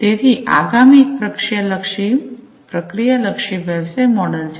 તેથી આગામી એક પ્રક્રિયા લક્ષી વ્યવસાય મોડેલ છે